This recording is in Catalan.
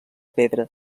pedra